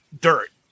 dirt